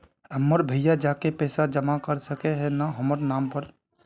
हमर भैया जाके पैसा जमा कर सके है न हमर नाम पर?